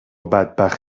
بدبخت